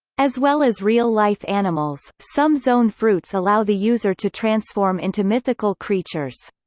as well as real-life animals, some zoan fruits allow the user to transform into mythical creatures.